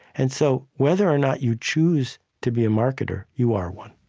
and so whether or not you choose to be a marketer, you are one